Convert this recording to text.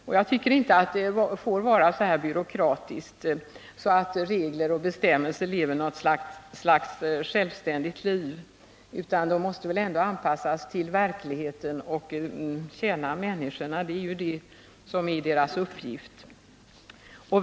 Det får inte vara så byråkratiskt ordnat att regler och bestämmelser lever något slags självständigt liv, utan de måste anpassas till verkligheten och tjäna människorna. Det är ju det som är deras uppgift.